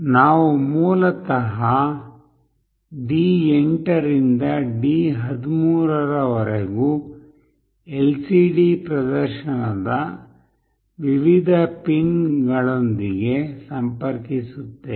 ನಾವು ಮೂಲತಃ D8 ರಿಂದ D13 ರವರೆಗೂ LCD ಪ್ರದರ್ಶನದ ವಿವಿಧ pin ಗಳೊಂದಿಗೆ ಸಂಪರ್ಕಿಸುತ್ತೇವೆ